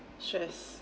stress